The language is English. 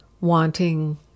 wanting